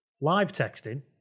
Live-texting